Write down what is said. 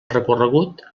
recorregut